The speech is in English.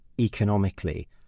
economically